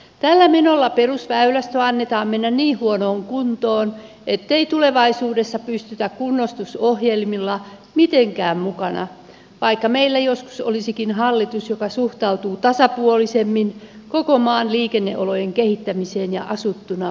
tällä menolla perusväylästön annetaan mennä niin huonoon kuntoon ettei tulevaisuudessa pysytä kunnostusohjelmilla mitenkään mukana vaikka meillä joskus olisikin hallitus joka suhtautuu tasapuolisemmin koko maan liikenneolojen kehittämiseen ja asuttuna pitämiseen